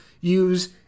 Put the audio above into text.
use